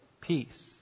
peace